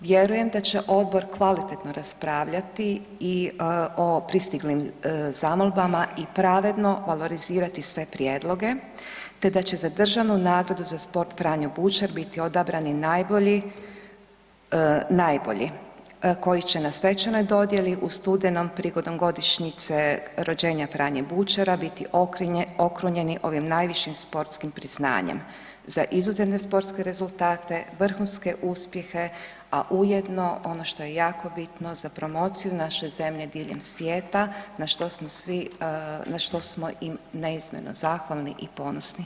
Vjerujem da će odbor kvalitetno raspravljati i o pristiglim zamolbama i pravedno valorizirati sve prijedloge te da će za državnu nagradu za sport „Franjo Bučar“ biti odabrani najbolji, najbolji, koji će na svečanoj dodjeli u studenom prigodom godišnjice rođenja Franje Bučara biti okrunjeni ovim najvišim sportskim priznanjem za izuzetne sportske rezultate, vrhunske uspjehe, a ujedno ono što je jako bitno, za promociju naše zemlje diljem svijeta na što smo svi, na što smo i neizmjerno zahvalni i ponosni.